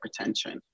hypertension